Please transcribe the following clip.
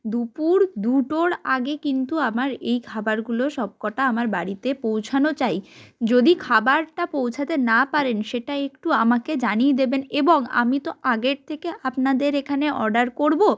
দুপুর দুটোর আগে কিন্তু আমার এই খাবারগুলো সব কটা আমার বাড়িতে পৌঁছানো চাই যদি খাবারটা পৌঁছাতে না পারেন সেটা একটু আমাকে জানিয়ে দেবেন এবং আমি তো আগের থেকে আপনাদের এখানে অর্ডার করব